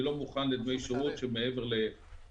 אני לא מוכן לדמי שירות שהם מעבר ל-7.90,